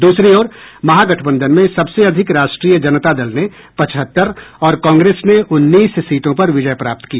दूसरी ओर महागठबंधन में सबसे अधिक राष्ट्रीय जनता दल ने पचहत्तर और कांग्रेस ने उन्नीस सीटों पर विजय प्राप्त की